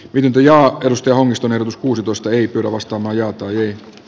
ydintä ja edusti onnistuneen uusitusta ei kyllä vastaa majoitui